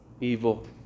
evil